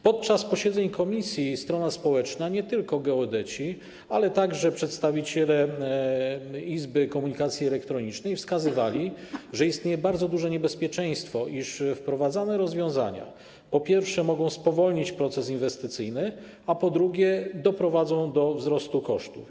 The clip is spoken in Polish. Podczas posiedzeń komisji strona społeczna - nie tylko geodeci, ale także przedstawiciele Polskiej Izby Komunikacji Elektronicznej - wskazywała na to, że istnieje bardzo duże niebezpieczeństwo, iż wprowadzane rozwiązania, po pierwsze, mogą spowolnić proces inwestycyjny, a po drugie, doprowadzą do wzrostu kosztów.